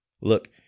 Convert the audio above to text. Look